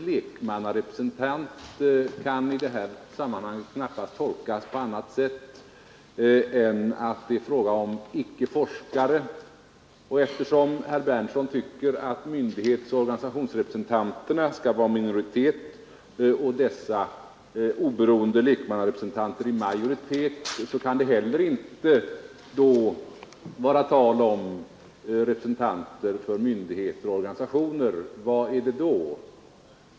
Det kan i detta sammanhang knappast tolkas på annat sätt än att det är fråga om icke forskare. Eftersom herr Berndtson tycker att myndighetsoch organisationsrepresentanterna skall vara i minoritet och dessa oberoende lekmannarepresentanter i majoritet kan det inte heller vara tal om representanter för myndigheter och organisationer. Vad är det då?